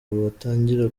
watangira